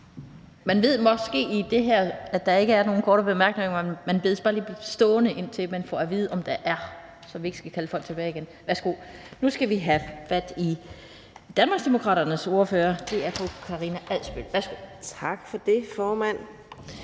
Man ved måske, at der ikke er nogen korte bemærkninger, men man bedes bare lige blive stående, indtil man får at vide, om der er det, så vi ikke skal kalde folk tilbage igen. Nu er det Danmarksdemokraterne ordfører, fru Karina Adsbøl. Værsgo. Kl. 14:54 (Ordfører)